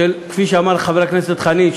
כפי שאמר חבר הכנסת חנין,